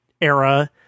era